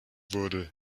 wurde